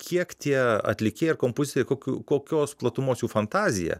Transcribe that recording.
kiek tie atlikėjai ir kompozitoriai kokių kokios platumos jų fantazija